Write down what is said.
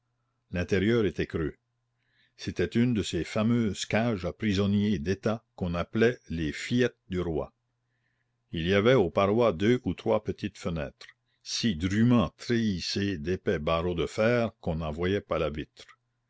l'intérieur était creux c'était une des ces fameuses cages à prisonniers d'état qu'on appelait les fillettes du roi il y avait aux parois deux ou trois petites fenêtres si drument treillissées d'épais barreaux de fer qu'on n'en voyait pas la vitre